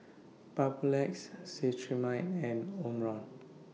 Papulex Cetrimide and Omron